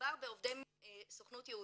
מדובר בעובדי הסוכנות היהודית,